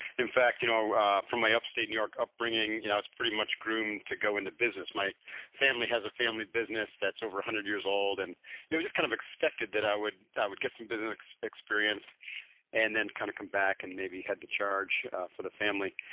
in fact you know ah from my upstate new york upbringing you know i was pretty much groomed to go into business. my family has a family business that's over a hundred years old and it was just kind of expected that i would i would get some business experience and then kind of come back and maybe head the charge for the family.